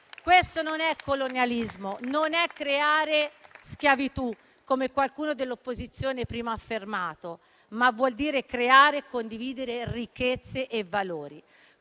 Questo non è colonialismo, non è creare schiavitù come qualcuno dell'opposizione prima ha affermato, ma vuol dire creare e condividere ricchezze e valori.